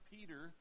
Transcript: Peter